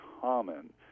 common